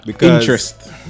Interest